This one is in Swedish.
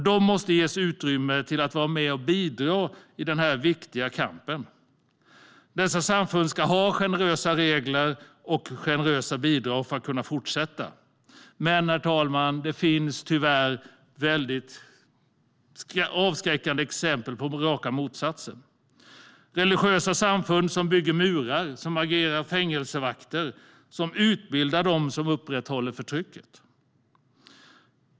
De måste ges utrymme att vara med och bidra i denna viktiga kamp. Dessa samfund ska ha generösa regler och bidrag för att kunna fortsätta. Men, herr talman, det finns tyvärr avskräckande exempel på raka motsatsen: religiösa samfund som bygger murar, som agerar fängelsevakter och som utbildar dem som upprätthåller förtrycket.